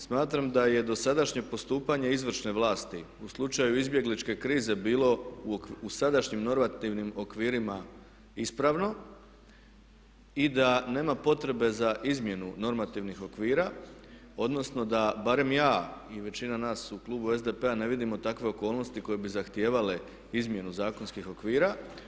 Smatram da je dosadašnje postupanje izvršne vlasti u slučaju izbjegličke krize bilo u sadašnjim normativnim okvirima ispravno i da nema potrebe za izmjenu normativnih okvira, odnosno da barem ja i većina nas u klubu SDP-a ne vidimo takve okolnosti koje bi zahtijevale izmjenu zakonskih okvira.